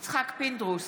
יצחק פינדרוס,